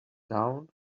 down